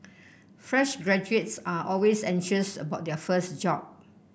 fresh graduates are always anxious about their first job